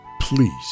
please